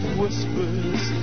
whispers